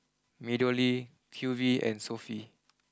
Meadow Lea Q V and Sofy